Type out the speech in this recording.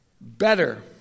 Better